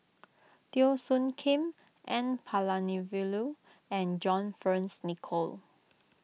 Teo Soon Kim N Palanivelu and John Fearns Nicoll